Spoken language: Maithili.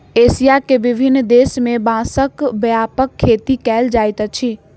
एशिया के विभिन्न देश में बांसक व्यापक खेती कयल जाइत अछि